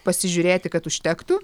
pasižiūrėti kad užtektų